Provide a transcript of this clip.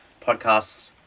podcasts